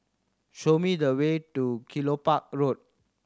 show me the way to Kelopak Road